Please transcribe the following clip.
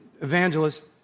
evangelist